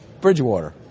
Bridgewater